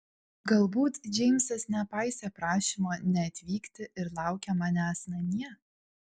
galbūt džeimsas nepaisė prašymo neatvykti ir laukia manęs namie